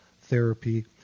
therapy